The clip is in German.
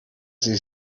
sie